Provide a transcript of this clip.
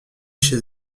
chez